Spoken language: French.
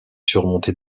surmontée